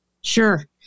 Sure